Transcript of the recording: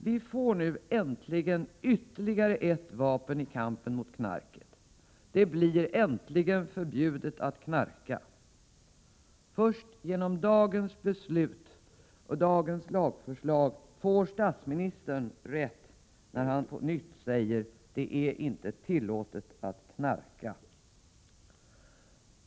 Vi får nu äntligen ytterligare ett vapen i kampen mot knarket — det blir äntligen förbjudet att knarka. Först genom dagens beslut och dagens lagförslag får statsministern rätt när han på nytt säger: Det är inte tillåtet att knarka.